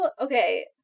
okay